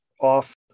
off